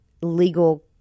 legal